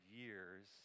years